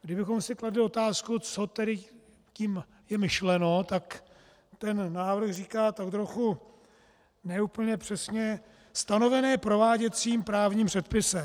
Kdybychom si kladli otázku, co tedy tím je myšleno, tak ten návrh říká tak trochu ne úplně přesně stanovené prováděcím právním předpisem.